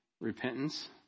repentance